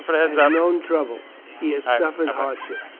has known trouble he has suffered hardships.